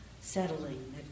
settling